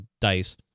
DICE